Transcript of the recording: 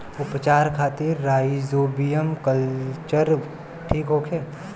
उपचार खातिर rhizobium culture ठीक होखे?